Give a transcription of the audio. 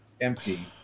empty